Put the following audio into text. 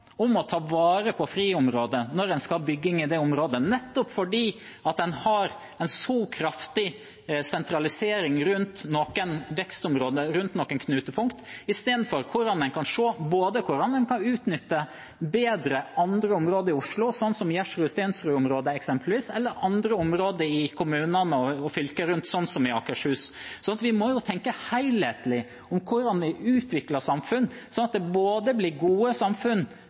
om å ta vare på friområder når en skal bygge i det området, fordi en har en så kraftig sentralisering rundt noen vekstområder, rundt noen knutepunkt, istedenfor å se på hvordan en kan utnytte bedre andre områder i Oslo, som Gjersrud-Stensrud-området eller andre områder i kommunene og fylket rundt, som i Akershus. Vi må tenke helhetlig om hvordan vi utvikler samfunn, sånn at det blir gode samfunn